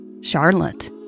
Charlotte